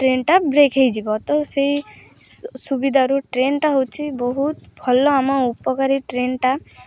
ଟ୍ରେନ୍ଟା ବ୍ରେକ୍ ହୋଇଯିବ ତ ସେଇ ସୁବିଧାରୁ ଟ୍ରେନ୍ଟା ହେଉଛି ବହୁତ ଭଲ ଆମ ଉପକାରୀ ଟ୍ରେନ୍ଟା